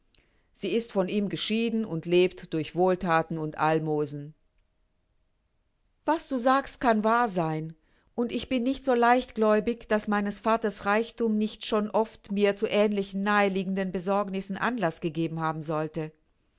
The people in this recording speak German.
sie ist von ihm geschieden und lebt durch wohlthaten und almosen was du sagst kann wahr sein und ich bin nicht so leichtgläubig daß meines vaters reichthum nicht schon oft mir zu ähnlichen nahe liegenden besorgnissen anlaß gegeben haben sollte